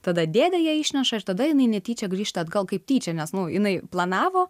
tada dėdė ją išneša ir tada jinai netyčia grįžta atgal kaip tyčia nes nu jinai planavo